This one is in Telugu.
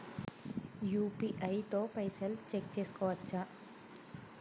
యూ.పీ.ఐ తో పైసల్ చెక్ చేసుకోవచ్చా?